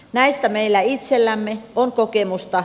näistä meillä itsellämme on kokemusta